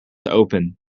open